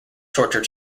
torture